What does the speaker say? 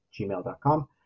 gmail.com